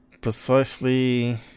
precisely